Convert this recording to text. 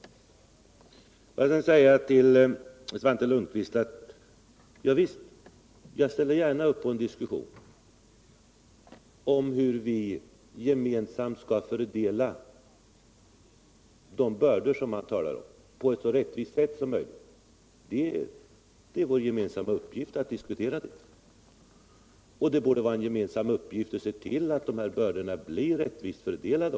Får jag sedan säga till Svante Lundkvist att jag gärna ställer upp på en diskussion om hur vi gemensamt på ett så rättvist sätt som möjligt skall fördela de bördor som man talar om. Det är vår gemensamma uppgift att diskutera det. Och det borde vara en gemensam uppgift att se till att dessa bördor blir rättvist fördelade.